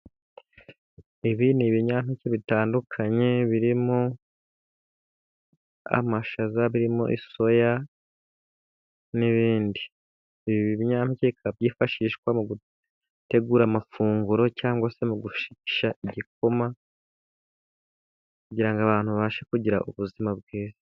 Ibi ni ibinyampeke bitandukanye birimo: amashaza, birimo soya, n'ibindi. Ibi binyampeke byifashishwa mu gutegura amafunguro, cyangwa se mu gushesha igikoma, kugirango abantu babashe kugira ubuzima bwiza.